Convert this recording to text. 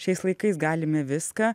šiais laikais galime viską